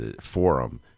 Forum